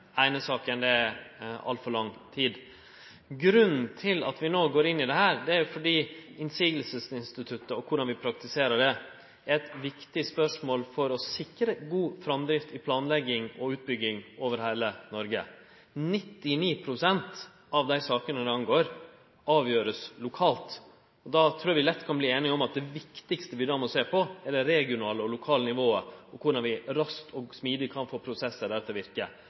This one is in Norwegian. eine saka er det brukt altfor lang tid. Grunnen til at vi no går inn i dette, er at motsegninstituttet og korleis vi praktiserer det, er viktig for å sikre god framdrift i planlegging og utbygging over heile Noreg. 99 pst. av dei sakene det gjeld, vert avgjorde lokalt. Eg trur vi lett kan verte einige om at det viktigaste vi då må sjå på, er det regionale og det lokale nivået og korleis vi raskt og smidig kan få prosessar der til